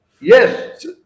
Yes